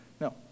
No